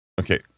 Okay